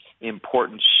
important